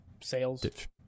sales